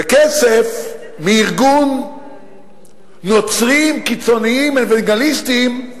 וכסף מארגון נוצרים קיצוניים אוונגליסטים,